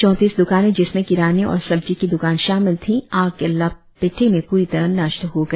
चौतीस दुकाने जिसमें किराने और सब्जी की दुकान शामिल थी आग के लपेटे में पुरी तरह नष्ट हो गया